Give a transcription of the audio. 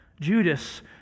Judas